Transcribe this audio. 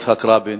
יצחק רבין,